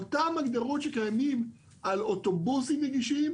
אותן הגדרות שקיימות על אוטובוסים נגישים,